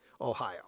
Ohio